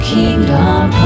Kingdom